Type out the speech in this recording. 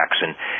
Jackson